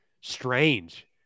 strange